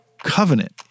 Covenant